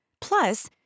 Plus